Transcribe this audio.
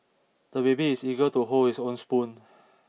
the baby is eager to hold his own spoon